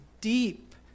deep